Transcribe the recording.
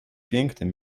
pięknym